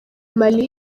mali